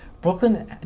Brooklyn